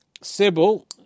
Sybil